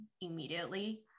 immediately